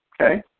Okay